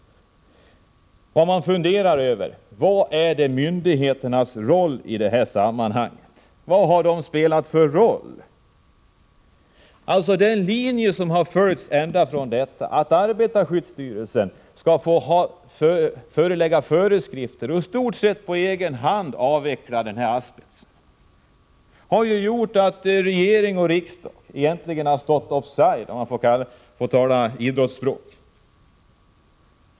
Man funderar över följande: Vad har myndigheterna spelat för roll i det här sammanhanget? Den linje som följs, att arbetarskyddsstyrelsen skall utfärda föreskrifter och i stort sett på egen hand avveckla asbesten, har ju lett till att regering och riksdag egentligen har stått off side, om man får tala idrottsspråk.